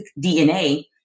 DNA